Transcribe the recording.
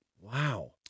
Wow